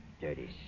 Dirty